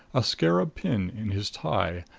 a scarab pin in his tie,